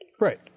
Right